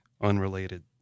unrelated